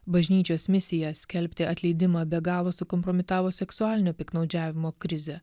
bažnyčios misija skelbti atleidimą be galo sukompromitavo seksualinio piktnaudžiavimo krizę